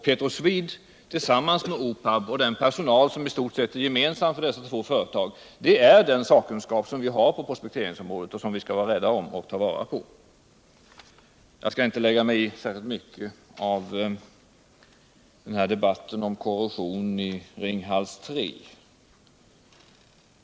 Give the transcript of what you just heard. Petroswede tillsammans med OPAB — och den personal som i stort sew är gemensam för dessa två företag — är den sakkunskap som vi har på prospekteringsområdet och som vi skall vara rädda om och ta vara på. Jag skall inte särskilt mycket lägga mig i debatten om korrosion i Ringhals 3.